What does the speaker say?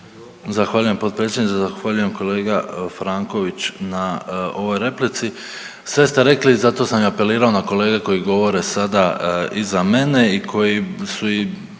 Zahvaljujem potpredsjedniče. Zahvaljujem kolega Franković na ovoj replici. Sve ste rekli zato sam i apelirao na kolege koji govore sada iza mene i koji su i